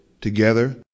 together